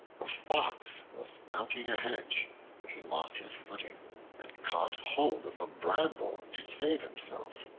a fox was mounting a hedge when he lost his footing and caught hold of a bramble to save himself.